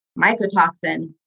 mycotoxin